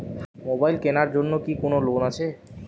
Mobile কেনার জন্য কি কোন লোন আছে?